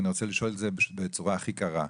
ואני רוצה לשאול את זה בצורה הכי קרה: